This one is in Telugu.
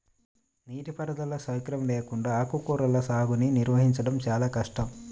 నీటిపారుదల సౌకర్యం లేకుండా ఆకుకూరల సాగుని నిర్వహించడం చాలా కష్టం